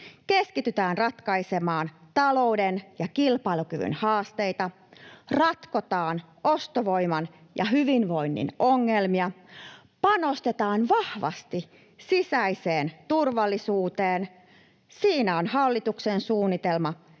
keskitytään ratkaisemaan talouden ja kilpailukyvyn haasteita, ratkotaan ostovoiman ja hyvinvoinnin ongelmia, panostetaan vahvasti sisäiseen turvallisuuteen — siinä on hallituksen suunnitelma